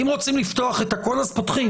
אם רוצים לפתוח את הכול, פותחים.